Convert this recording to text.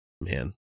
man